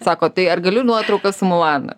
sako tai ar galiu nuotraukas su mulana